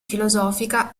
filosofica